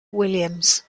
williams